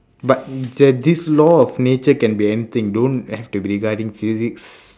but there this law of nature can be anything don't have to be regarding physics